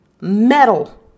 metal